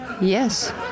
Yes